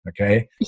okay